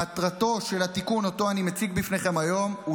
מטרתו של התיקון שאותו אני מציג בפניכם היום הוא